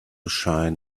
shine